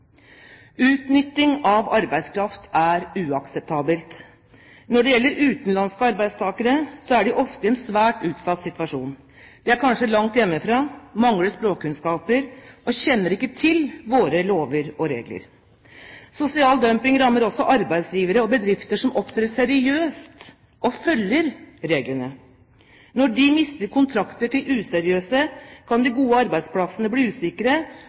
Utnytting av arbeidskraft er uakseptabelt. Når det gjelder utenlandske arbeidstakere, er de ofte i en svært utsatt situasjon. De er kanskje langt hjemmefra, mangler språkkunnskaper og kjenner ikke til våre lover og regler. Sosial dumping rammer også arbeidsgivere og bedrifter som opptrer seriøst og følger reglene. Når de mister kontrakter til useriøse, kan de gode arbeidsplassene bli usikre,